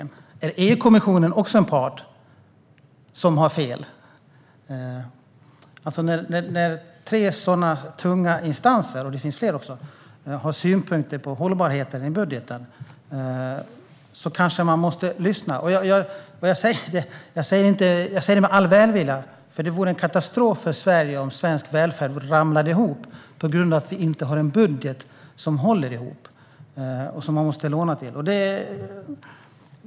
Är EU-kommissionen en part som har fel? När tre sådana tunga instanser - och det finns fler - har synpunkter på hållbarheten i budgeten kanske man måste lyssna. Jag säger detta med all välvilja, för det vore en katastrof för Sverige om svensk välfärd ramlade ihop på grund av att vi inte har en budget som håller ihop och som man måste låna till.